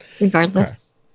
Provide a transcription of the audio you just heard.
regardless